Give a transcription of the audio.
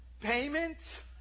payment